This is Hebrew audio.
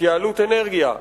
התייעלות אנרגיה,